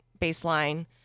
baseline